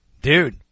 Dude